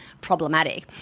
problematic